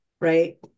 right